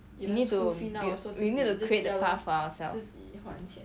you need to we also we need to create the path for ourselves